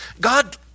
God